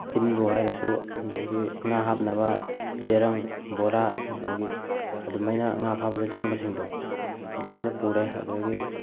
ꯏꯟꯕꯨ ꯍꯥꯏꯔꯁꯨ ꯑꯗꯨꯗꯒꯤ ꯉꯥ ꯍꯥꯞꯅꯕ ꯆꯦꯔꯪ ꯕꯣꯔꯥ ꯑꯗꯨꯗꯒꯤ ꯑꯗꯨꯃꯥꯏꯅ ꯉꯥ ꯐꯥꯕꯗ ꯆꯪꯕꯁꯤꯡꯗꯣ ꯑꯗꯨꯃꯥꯏꯅ ꯄꯨꯔꯦ ꯑꯗꯨꯗꯒꯤ